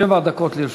שבע דקות לרשותך.